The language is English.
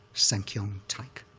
sankyaung taik.